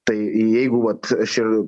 tai jeigu vat aš ir